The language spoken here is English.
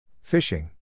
Fishing